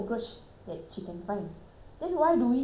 then why do we see cockroaches everyday in the house